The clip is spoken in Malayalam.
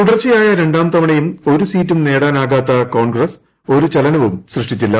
തുടർച്ചയായ രണ്ടാം തവണയും ഒരു സീറ്റും നേടാനാകാത്ത കോൺഗ്രസ്സ് ഒരു ചലനവും സൃഷ്ടിച്ചില്ല